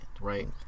Right